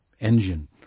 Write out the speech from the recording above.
engine